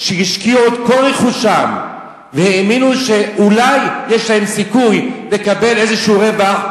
השקיעו את כל רכושם והאמינו שאולי יש להם סיכוי לקבל איזה רווח,